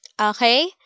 Okay